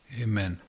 Amen